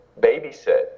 babysit